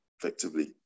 effectively